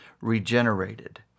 regenerated